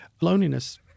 loneliness